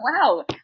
wow